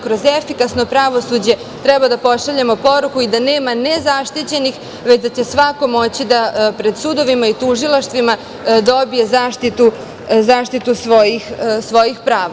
Kroz efikasno pravosuđe treba da pošaljemo poruku da nema nezaštićenih, već da će svako moći pred sudovima i tužilaštvima da dobije zaštitu svojih prava.